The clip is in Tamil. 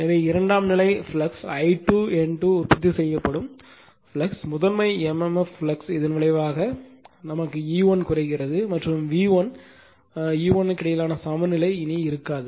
எனவே இரண்டாம் நிலை ஃப்ளக்ஸ் I2 N2 உற்பத்தி செய்யப்படும் ஃப்ளக்ஸ் முதன்மை MMF ஃப்ளக்ஸ் இதன் விளைவாக E1 குறைகிறது மற்றும் V1 மற்றும் E1 க்கு இடையிலான சமநிலை இனி இருக்காது